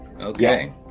Okay